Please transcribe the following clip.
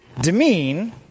demean